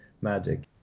magic